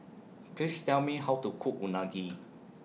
Please Tell Me How to Cook Unagi